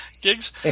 gigs